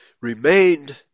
remained